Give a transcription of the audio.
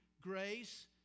grace